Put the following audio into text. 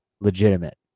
legitimate